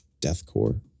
deathcore